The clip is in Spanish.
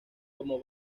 como